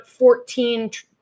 14